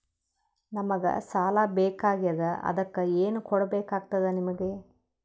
ನಮಗ ಸಾಲ ಬೇಕಾಗ್ಯದ ಅದಕ್ಕ ಏನು ಕೊಡಬೇಕಾಗ್ತದ ನಿಮಗೆ?